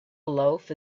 loaf